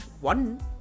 one